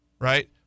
right